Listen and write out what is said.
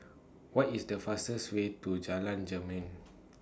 What IS The fastest Way to Jalan Jermin